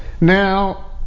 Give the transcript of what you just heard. Now